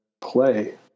play